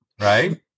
Right